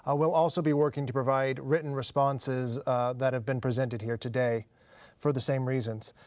ah we'll also be working to provide written responses that have been presented here today for the same reasons.